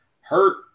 hurt